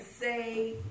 say